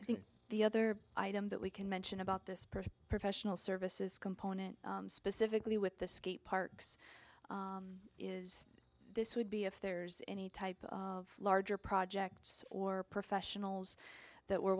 i think the other item that we can mention about this person professional services component specifically with the skate parks is this would be if there's any type of larger projects or professionals that were